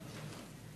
בעד, 7, אין